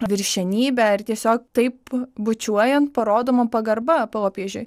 viršenybę ir tiesiog taip bučiuojant parodoma pagarba popiežiui